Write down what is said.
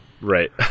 Right